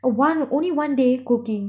oh one only one day cooking